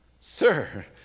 Sir